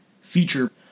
feature